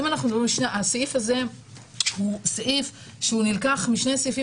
הסעיף הזה סעיף שנלקח משני סעיפים